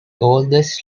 oldest